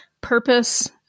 purpose